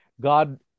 God